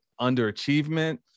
underachievement